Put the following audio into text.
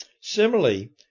Similarly